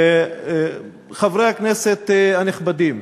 חברי הכנסת הנכבדים,